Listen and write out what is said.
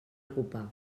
ocupar